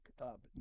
up